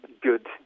good